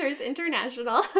International